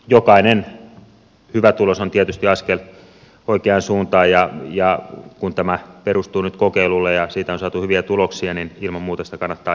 mutta jokainen hyvä tulos on tietysti askel oikeaan suuntaan ja kun tämä perustuu nyt kokeilulle ja siitä on saatu hyviä tuloksia niin ilman muuta sitä kannattaa jatkaa ja laajentaa